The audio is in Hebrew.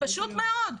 פשוט מאוד,